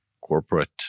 corporate